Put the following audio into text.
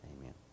Amen